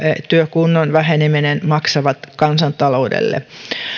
työkunnon väheneminen maksavat kansantaloudelle